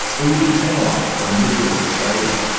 we would be penalised for manipulative trading.